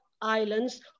islands